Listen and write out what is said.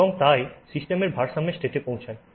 এবং তাই সিস্টেম ভারসাম্যের স্টেট এ পৌঁছায়